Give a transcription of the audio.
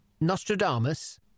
Nostradamus